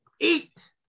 Eat